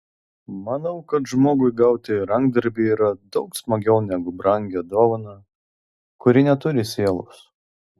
manau kad žmogui gauti rankdarbį yra daug smagiau negu brangią dovaną kuri neturi sielos